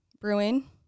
brewing